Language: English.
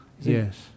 Yes